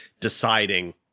deciding